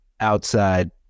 outside